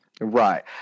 Right